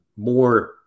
more